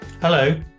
Hello